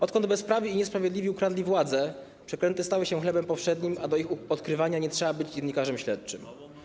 Odkąd nieprawi i niesprawiedliwi ukradli władzę, przekręty stały się chlebem powszednim, a do ich odkrywania nie trzeba być dziennikarzem śledczym.